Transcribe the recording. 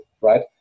right